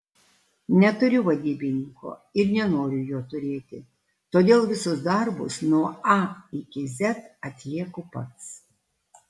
neturiu vadybininko ir nenoriu jo turėti todėl visus darbus nuo a iki z atlieku pats